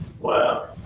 Wow